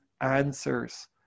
answers